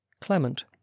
clement